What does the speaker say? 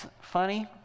funny